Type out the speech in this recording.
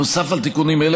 נוסף על תיקונים אלה,